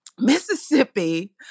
Mississippi